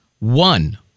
One